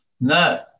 No